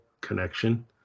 connection